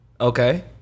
Okay